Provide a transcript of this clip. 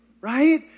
right